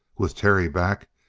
with terry back,